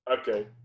Okay